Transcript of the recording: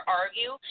argue